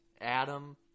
Adam